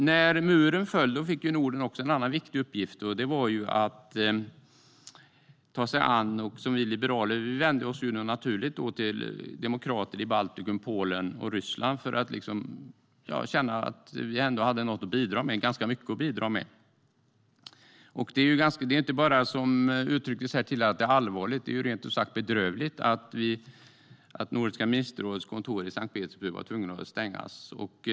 När muren föll fick Norden också en annan viktig uppgift att ta sig an. Vi liberaler vände oss naturligt till demokrater i Baltikum, Polen och Ryssland, eftersom vi kände att vi hade ganska mycket att bidra med. Det är inte bara allvarligt, som uttrycktes här tidigare, utan det är rent ut sagt bedrövligt att Nordiska ministerrådets kontor i Sankt Petersburg var tvunget att stänga.